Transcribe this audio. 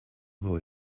boy